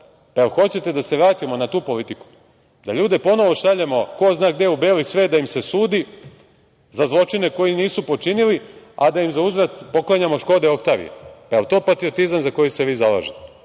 jel hoćete da se vratimo na tu politiku, da ljude ponovo šaljemo ko zna gde u beli svet da im se sudi za zločine koje nisu počinili, a da im zauzvrat poklanjamo Škode oktavije? Jel to patriotizam za koji se vi zalažete?